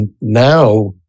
now